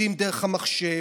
עובדים דרך המחשב.